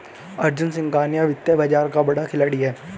अर्जुन सिंघानिया वित्तीय बाजार का बड़ा खिलाड़ी है